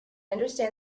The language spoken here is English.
understand